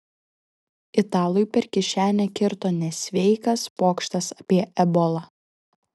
italui per kišenę kirto nesveikas pokštas apie ebolą